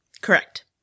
Correct